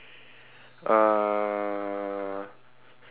uh